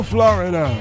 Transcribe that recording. Florida